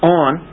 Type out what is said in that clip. on